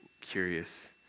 curious